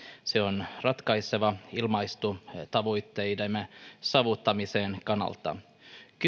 se on ratkaiseva ilmastotavoitteidemme saavuttamisen kannalta